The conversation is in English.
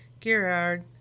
Gerard